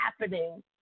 happening